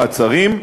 מעצרים),